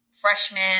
freshman